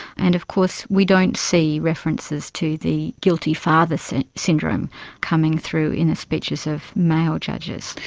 and of course we don't see references to the guilty father so syndrome coming through in the speeches of male judges.